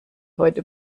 heute